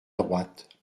droite